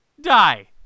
die